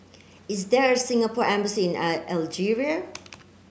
is there a Singapore embassy in Algeria